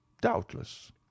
doubtless